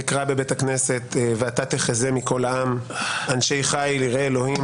נקרא בבית הכנסת: "ואתה תחזה מכל עם אנשי חיל יראי אלוהים,